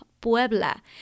Puebla